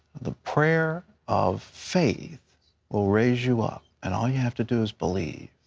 the prayer of faith will raise you up, and all you have to do is believe.